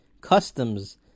customs